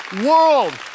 world